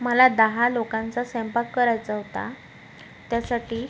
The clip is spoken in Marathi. मला दहा लोकांचा स्वैपाक करायचा होता त्यासाठी